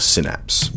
Synapse